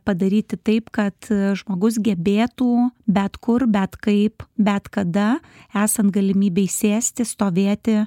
padaryti taip kad žmogus gebėtų bet kur bet kaip bet kada esant galimybei sėsti stovėti